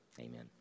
amen